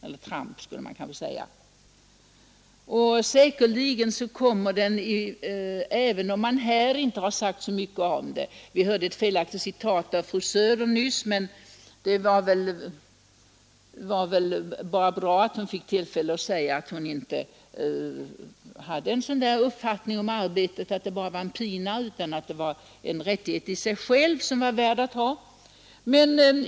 Säkerligen kommer det att omnämnas, även om man här inte har sagt så mycket om det. Vi hörde ett felaktigt citat från fru Söder nyss, men det var väl bara bra att hon fick tillfälle att säga att hon inte hade den uppfattningen om arbetet att det bara var en pina utan ansåg att det var en rättighet i sig själv som var värd att ha.